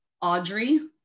Audrey